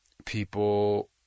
people